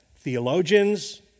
theologians